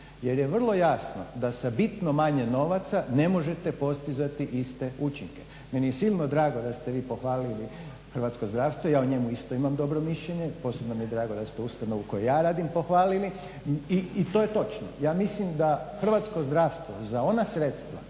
jer je vrlo jasno da sa bitno manje novaca ne možete postizati iste učinke. Meni je silno drago da ste vi pohvalili hrvatsko zdravstvo, ja o njemu isto imam dobro mišljenje, posebno mi je drago da ste ustanovu u kojoj ja radim pohvalili, i to je točno. Ja mislim da hrvatsko zdravstvo uza ona sredstva